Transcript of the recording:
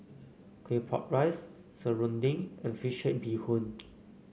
Claypot Rice serunding and fish head Bee Hoon